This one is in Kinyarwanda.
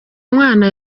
mwana